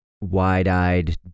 wide-eyed